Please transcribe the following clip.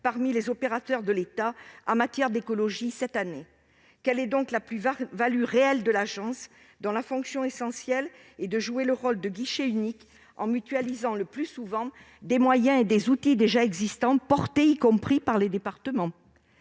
parmi les opérateurs de l'État en matière d'écologie cette année. Quelle est donc la plus-value réelle de l'agence, dont la fonction essentielle est de jouer le rôle d'un guichet unique en mutualisant des moyens et des outils le plus souvent déjà existants, portés y compris par les départements ?